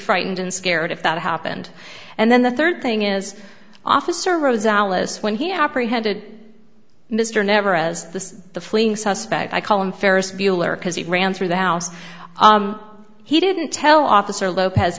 frightened and scared if that happened and then the third thing is officer rose alice when he operate headed mr never as the the fleeing suspect i call him ferris bueller because he ran through the house he didn't tell officer lopez